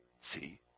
see